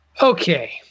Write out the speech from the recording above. Okay